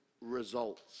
results